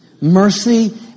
Mercy